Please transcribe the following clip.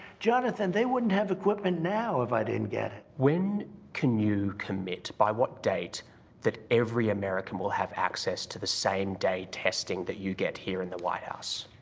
jonathan, they wouldn't have equipment now if i didn't get it. when can you commit by what date that every american will have access to the same-day testing that you get here in the white house?